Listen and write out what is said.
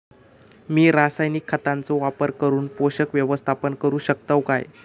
मी रासायनिक खतांचो वापर करून पोषक व्यवस्थापन करू शकताव काय?